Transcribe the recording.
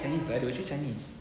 chinese lah they will choose chinese